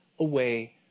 away